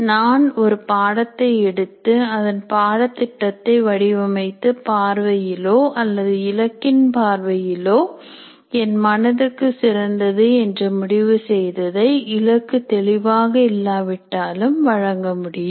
நான் ஒரு பாடத்தை எடுத்து அதன் பாட திட்டத்தை வடிவமைத்து பார்வையிலோ அல்லது இலக்கின் பார்வையிலோ என் மனதுக்கு சிறந்தது என்று முடிவு செய்ததை இலக்கு தெளிவாக இல்லாவிட்டாலும் வழங்க முடியும்